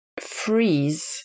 freeze